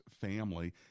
family